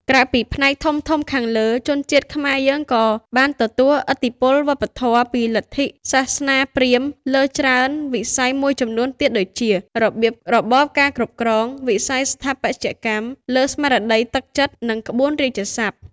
ក្រៅពីផ្នែកធំៗខាងលើ ជនជាតិខ្មែរយើងក៏បានទទួលឥទ្ធិពលវប្បធម៌ពីលទ្ធិសាសនាព្រាហ្មណ៍លើច្រើនវិស័យមួយចំនួនទៀតដូចជា របៀបរបបការគ្រប់គ្រង វិស័យស្ថាបត្យកម្ម លើស្មារតីទឹកចិត្ត និងក្បួនរាជសព្ទ។